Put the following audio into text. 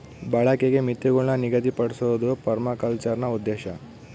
ಬಳಕೆಗೆ ಮಿತಿಗುಳ್ನ ನಿಗದಿಪಡ್ಸೋದು ಪರ್ಮಾಕಲ್ಚರ್ನ ಉದ್ದೇಶ